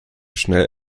schnell